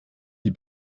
die